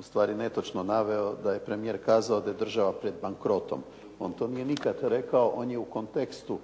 ustvari netočno naveo da je premijer kazao da je država pred bankrotom. On to nije nikad rekao, on je u tekstu